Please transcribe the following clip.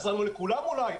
החזרנו לכולם אולי,